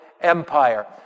empire